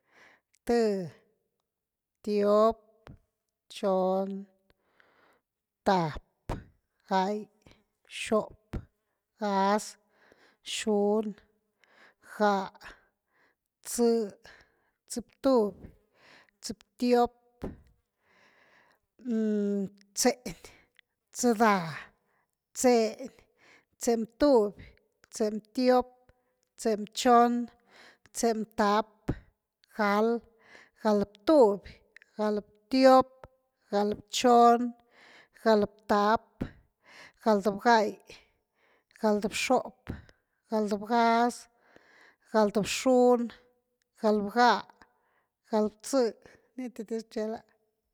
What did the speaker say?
Th, tiop, chon, tap, ga’y, xop, gaz, xun, ga’h, txë, tx-ptuby, tx-tiop, txe’ny, txdaa’, txeeny, txeny btuby, txeeny btiop, txeeny bchon, txeeny taap, ga’al, ga’al btuby, ga’al btiop, ga’al bchon, ga’al btaap, ga’al bga’ay, ga’al xop, ga’al ga’ax, ga’al bxun, ga’al bga’a, ga’al btx. Nitidiz rchela’.